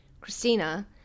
christina